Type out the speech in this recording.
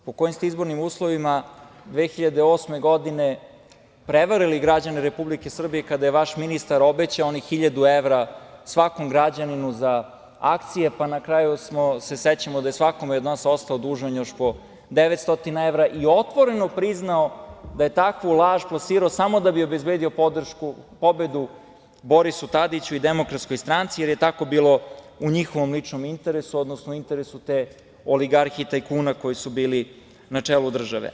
Po kojim ste izbornim uslovima 2008. godine prevarili građane Republike Srbije kada je vaš ministar obećao onih hiljadu evra svakom građaninu za akcije, pa na kraju se sećamo da je svakome od nas ostao dužan još po 900 evra i otvoreno priznao da je takvu laž plasirao samo da bi obezbedio pobedu Borisu Tadiću i Demokratskoj stranci, jer je tako bilo i njihovom ličnom interesu, odnosno interesu te oligarhije tajkuna koji su bili na čelu države.